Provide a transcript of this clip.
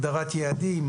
הגדרת יעדים,